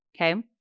Okay